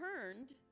turned